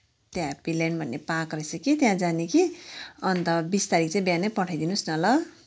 त्यहाँ हेप्पील्यान्ड भन्ने पार्क रहेछ कि त्यहाँ जाने कि अन्त बिस तारिक चाहिँ बिहानै पठाइदिनु होस् न ल